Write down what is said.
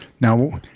Now